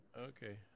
Okay